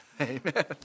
Amen